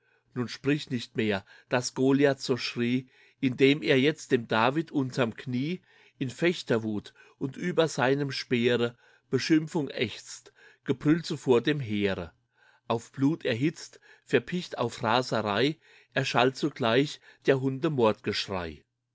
nun sprich nicht mehr dass goliath so schrie indem er jetzt dem david unterm knie in fechterwut und über seinem speere beschimpfung ächzt gebrüllt zuvor dem heere auf blut erhitzt verpicht auf raserei erschallt zugleich der hunde